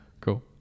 cool